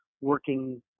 working